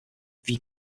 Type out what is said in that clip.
wie